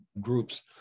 groups